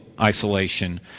isolation